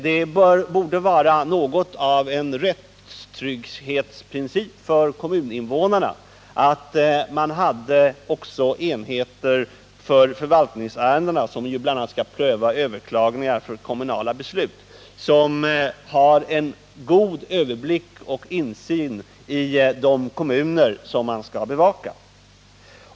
Det borde vara något av en rättstrygghetsprincip för kommuninvånarna att det också fanns tre enheter för förvaltningsärenden — i vilka bl.a. ingår att pröva överklaganden av kommunala beslut — som har en god överblick över och insyn i de kommuner som de skall bevaka.